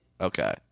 Okay